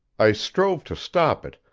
i strove to stop it,